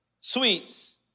sweets